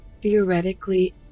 theoretically